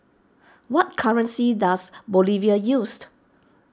what currency does Bolivia used